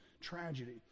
tragedy